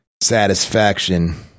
satisfaction